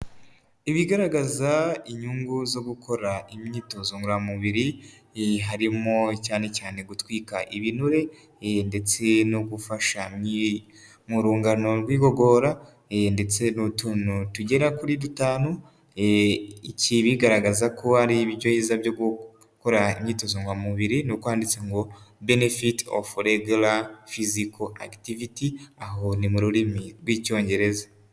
Ibigaragaza inyungu zo gukora imyitozo ngororamubiri, harimo cyane cyane gutwika ibinure ndetse no gufasha mu rungano rw'igogora ndetse n'utuntu tugera kuri dutanu, iki bigaragaza ko hari ibyiza byo gukora imyitozo ngororamubiri nuko handitse ngo benefiti ofu regura fiziko akitiviti, aho ni mu rurimi rw'Icyongereza.